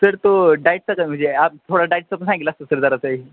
sir तो डायटचा का मजे आप थोडा डायटचा पण सांगितला असता तर जरा काही